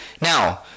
Now